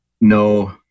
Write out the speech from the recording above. no